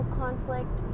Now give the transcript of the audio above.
conflict